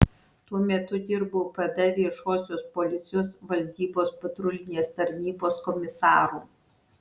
tuo metu dirbau pd viešosios policijos valdybos patrulinės tarnybos komisaru